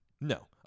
No